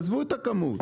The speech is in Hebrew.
עזבו את הכמות.